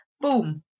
boom